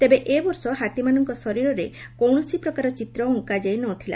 ତେବେ ଏ ବର୍ଷ ହାତୀମାନଙ୍କ ଶରୀରରେ କୌଣସି ପ୍ରକାର ଚିତ୍ର ଅଙ୍କାଯାଇ ନ ଥିଲା